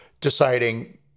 deciding